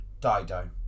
Dido